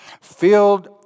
filled